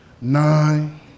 nine